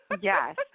Yes